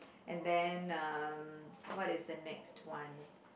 and then um what is the next one